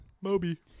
Moby